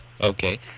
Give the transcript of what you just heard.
Okay